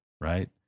right